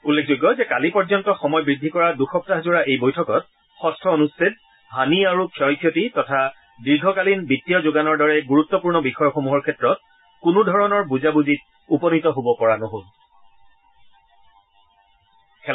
উল্লেখযোগ্য যে কালি পৰ্যন্ত সময় বৃদ্ধি কৰা দুসপ্তাহজোৰা এই বৈঠকত ষষ্ঠ অনুচ্ছেদ হানি আৰু ক্ষয় ক্ষতি তথা দীৰ্ঘকালীন বিত্তীয় যোগানৰ দৰে গুৰুত্বপূৰ্ণ বিষয়সমূহৰ ক্ষেত্ৰত কোনোধৰণৰ বুজাবুজিত উপনীত হ'ব পৰা নহ'ল